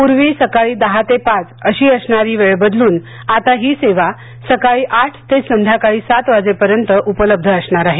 पूर्वी सकाळी दहा ते पाच अशी असणारी वेळ बदलून आता ही सेवा सकाळी आठ ते सायंकाळी सात वाजेपर्यंत उपलब्ध असणार आहे